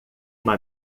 uma